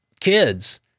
kids